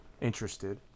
interested